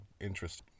interest